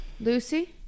Lucy